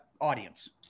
audience